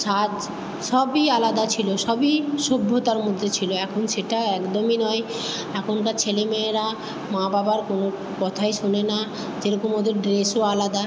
সাজ সবই আলাদা ছিল সবই সভ্যতার মধ্যে ছিল এখন সেটা একদমই নয় এখনকার ছেলে মেয়েরা মা বাবার কোনো কথাই শোনে না যে রকম ওদের ড্রেসও আলাদা